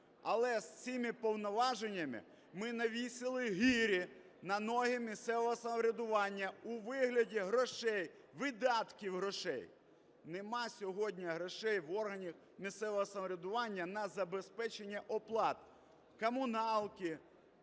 але з цими повноваженнями ми навісили гирі на ноги місцевого самоврядування у вигляді грошей, видатків грошей. Нема сьогодні грошей в органів місцевого самоврядування на забезпечення оплат комуналки,